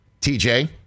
TJ